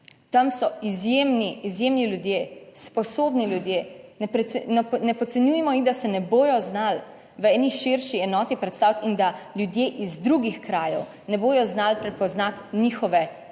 tam so izjemni, izjemni ljudje, sposobni ljudje. Ne podcenjujemo, in da se ne bodo znali v eni širši enoti predstaviti in da ljudje iz drugih krajev ne bodo znali prepoznati njihove